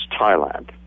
Thailand